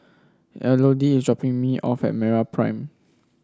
Elodie is dropping me off at MeraPrime